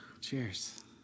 Cheers